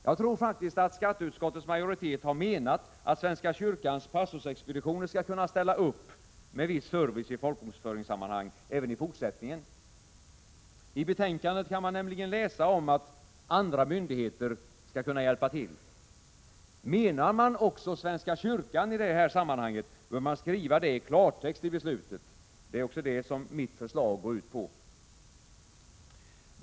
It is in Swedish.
Jag tror faktiskt att skatteutskottets majoritet har menat att svenska kyrkans pastorsexpeditioner skall kunna ställa upp med viss service i folkbokföringssammanhang även i fortsättningen. I betänkandet kan man nämligen läsa om att ”andra myndigheter” skall kunna hjälpa till. Menar man också svenska kyrkan i det här sammanhanget, bör man skriva det i klartext i beslutet. Det är också det, som mitt förslag går ut på.